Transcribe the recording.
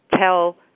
tell